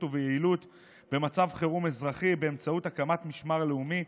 וביעילות במצב חירום אזרחי באמצעות הקמת משמר לאומי.